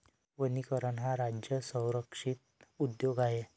वनीकरण हा राज्य संरक्षित उद्योग आहे